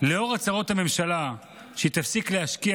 לאור הצהרות הממשלה שהיא תפסיק להשקיע